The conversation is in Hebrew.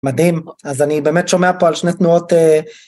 מדהים, אז אני באמת שומע פה על שני תנועות...